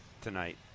tonight